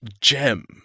gem